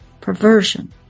perversion